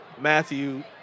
Matthew